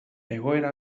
egoera